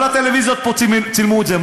כל הטלוויזיות פה צילמו את זה.